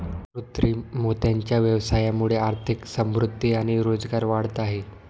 कृत्रिम मोत्यांच्या व्यवसायामुळे आर्थिक समृद्धि आणि रोजगार वाढत आहे